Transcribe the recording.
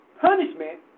punishment